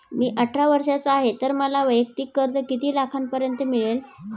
मी अठरा वर्षांचा आहे तर मला वैयक्तिक कर्ज किती लाखांपर्यंत मिळेल?